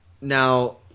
now